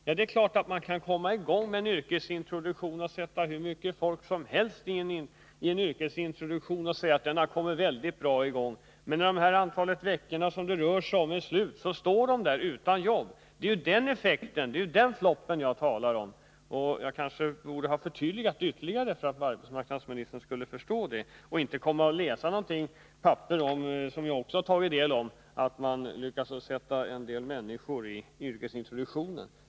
Ja, det är klart att man kan ge hur många människor som helst yrkesintroduktion och säga att denna har kommit väldigt bra i gång. Men när de veckor som det rör sig om har gått står människorna utan jobb. Det är den effekten, den floppen, som jag talar om. Jag kanske borde ha förtydligat mig ytterligare för att arbetsmarknadsministern skulle förstå. Då skulle han inte behöva läsa innantill från papper som också jag har tagit del av och där det står att man lyckats ge en del människor yrkesintroduktion.